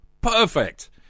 Perfect